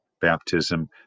baptism